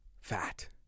fat